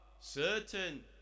certain